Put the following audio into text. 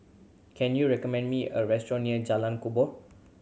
can you recommend me a restaurant near Jalan Kubor